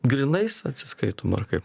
grynais atsiskaitoma ar kaip